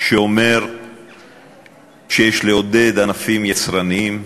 שאומר שיש לעודד ענפים יצרניים,